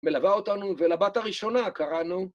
מלווה אותנו, ולבת הראשונה קראנו